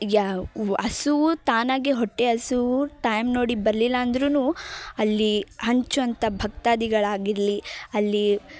ಯಾವ ವ್ ಹಸಿವು ತಾನಾಗೇ ಹೊಟ್ಟೆ ಹಸಿವು ಟೈಮ್ ನೋಡಿ ಬರ್ಲಿಲ್ಲಾಂದ್ರೂ ಅಲ್ಲಿ ಹಂಚುವಂಥ ಭಕ್ತಾದಿಗಳಾಗಿರಲಿ ಅಲ್ಲಿ